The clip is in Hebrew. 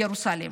ירוסלם.